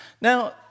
Now